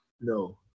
No